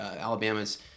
Alabama's